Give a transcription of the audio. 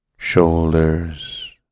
shoulders